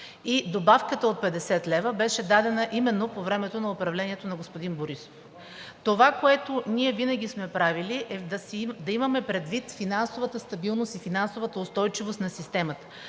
и добавката от 50 лв. беше дадена именно по времето на управлението на господин Борисов. Това, което ние винаги сме правили, е да имаме предвид финансовата стабилност и финансовата устойчивост на системата.